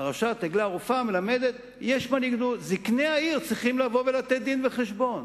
פרשת עגלה ערופה מלמדת: זקני העיר צריכים לבוא ולתת דין-וחשבון.